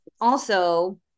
also-